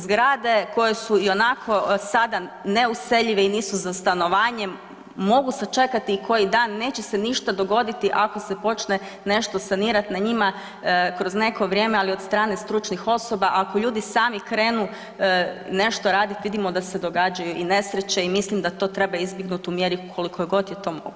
Zgrade koje su ionako sada neuseljive i nisu za stanovanje mogu sačekati i koji dan, neće se ništa dogoditi ako se počne nešto sanirati na njima kroz neko vrijeme ali od strane stručnih osoba, ako ljudi sami krenu nešto raditi vidimo da se događaju i nesreće i mislim da to treba izdignuti u mjeri koliko god je to moguće.